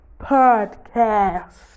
podcast